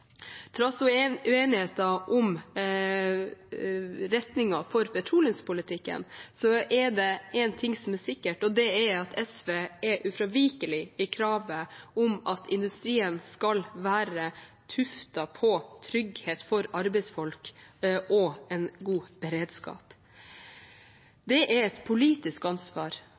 og det er at SV er ufravikelig i kravet om at industrien skal være tuftet på trygghet for arbeidsfolk og en god beredskap. Det er et politisk ansvar,